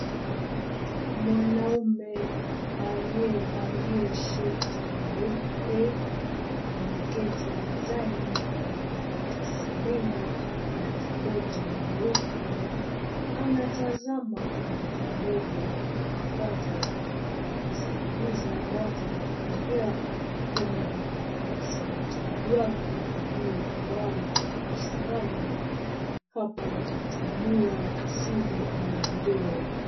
Mwanaume aliyevalia shati nyeupe ameketi mezani yenye makaratasi mengi na kibodi nyeupe anatazama kompyuta ndogo wa kupakata akisikiliza watu wakiongea kwenye vipokea sauti vyake viliobana kichwani hapa wakitumia simu ya video.